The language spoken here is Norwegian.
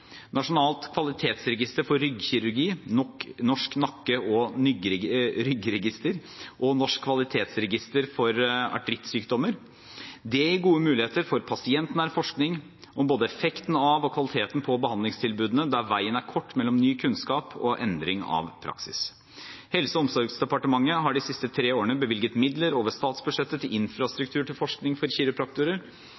Nasjonalt kvalitetsregister for ryggkirurgi, Norsk nakke- og ryggregister og Norsk kvalitetsregister for artrittsykdommer. Det gir gode muligheter for pasientnær forskning om både effekten av og kvalitet på behandlingstilbudene, der veien er kort mellom ny kunnskap og endring av praksis. Helse- og omsorgsdepartementet har de siste tre årene bevilget midler over statsbudsjettet til infrastruktur til forskning for